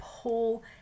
pull